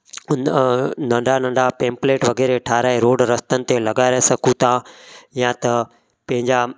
न नंढा नंढा पैम्पलेट वग़ैरह ठाराहे रोड रस्तनि ते लॻाराए सघूं था या त पंहिंजा